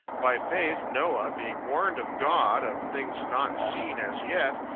by faith noah, being warned of god of things not seen as yet,